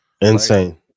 Insane